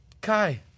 Kai